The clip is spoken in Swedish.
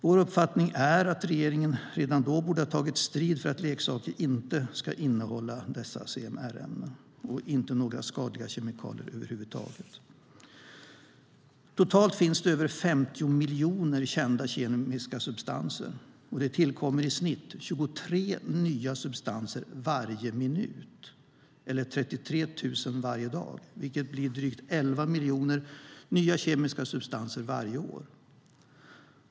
Vår uppfattning är att regeringen redan då borde ha tagit strid för att leksaker inte ska innehålla dessa CMR-ämnen och inte några skadliga kemikalier över huvud taget. Totalt finns det över 50 miljoner kända kemiska substanser. Det tillkommer i snitt 23 nya substanser varje minut, eller 33 000 varje dag, vilket blir drygt elva miljoner nya kemiska substanser varje år.